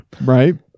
Right